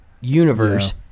universe